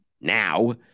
now